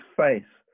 face